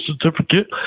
certificate